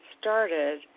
started